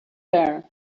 there